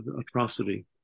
atrocity